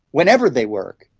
whenever they work,